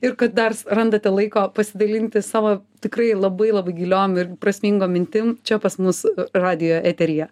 ir kad dar randate laiko pasidalinti savo tikrai labai labai giliom ir prasmingom mintim čia pas mus radijo eteryje